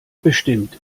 bestimmt